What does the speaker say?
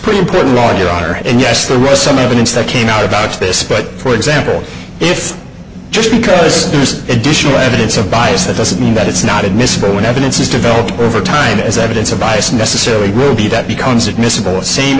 pretty important to your honor and yes there was some evidence that came out about this but for example if just because there's additional evidence of bias that doesn't mean that it's not admissible when evidence is developed over time as evidence of bias necessarily robey that becomes admissible